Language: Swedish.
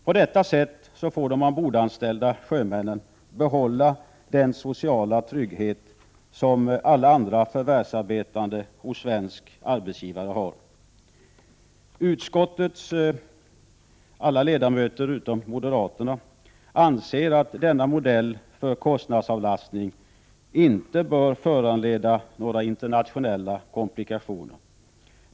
På detta sätt får de ombordanställda sjömännen behålla den sociala trygghet som alla andra förvärvsarbetande hos svensk arbetsgivare har. Utskottets alla ledamöter utom moderaterna anser att denna modell för kostnadsavlastning inte bör föranleda några internationella komplikationer.